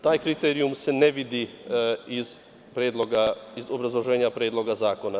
Taj kriterijum se ne vidi iz obrazloženja Predloga zakona.